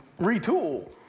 retool